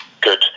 good